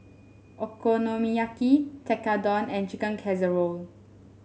Okonomiyaki Tekkadon and Chicken Casserole